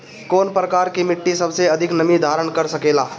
कौन प्रकार की मिट्टी सबसे अधिक नमी धारण कर सकेला?